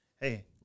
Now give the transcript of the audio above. hey